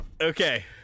Okay